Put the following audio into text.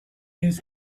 his